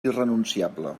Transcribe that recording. irrenunciable